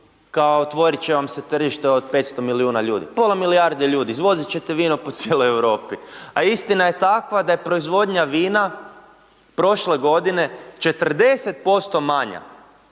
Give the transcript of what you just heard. kao otvorit će vam se tržište od 500 miliona ljudi, pola milijarde ljudi, izvozit ćete vino po cijeloj Europi, a istina je takva da je proizvodnja vina prošle godine 40% nego